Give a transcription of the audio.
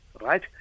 Right